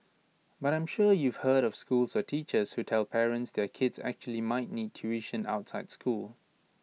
but I'm sure you've heard of schools or teachers who tell parents their kids actually might need tuition outside school